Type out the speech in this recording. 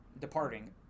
departing